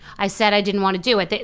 i said i didn't want to do it.